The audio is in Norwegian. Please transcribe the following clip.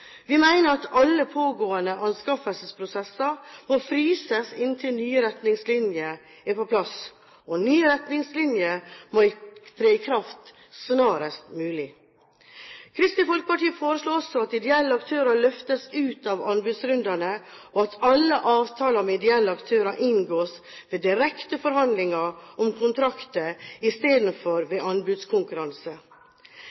Vi mener at alle pågående anskaffelsesprosesser må fryses inntil nye retningslinjer er på plass. Nye retningslinjer må tre i kraft snarest mulig. Kristelig Folkeparti foreslår også at ideelle aktører løftes ut av anbudsrundene, og at alle avtaler med ideelle aktører inngås ved direkte forhandlinger om kontrakter istedenfor